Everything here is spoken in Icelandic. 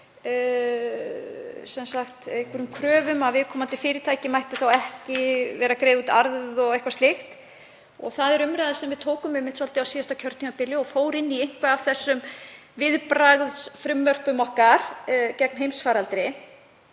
einhverjum kröfum um að viðkomandi fyrirtæki mættu ekki greiða út arð og eitthvað slíkt. Það er umræða sem við tókum einmitt svolítið á síðasta kjörtímabili og rataði inn í einhver af þessum viðbragðsfrumvörpum okkar gegn heimsfaraldri.